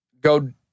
Go